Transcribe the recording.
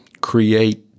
create